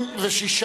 התשע"א 2011,